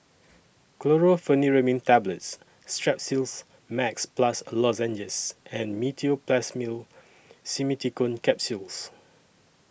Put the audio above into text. Chlorpheniramine Tablets Strepsils Max Plus Lozenges and Meteospasmyl Simeticone Capsules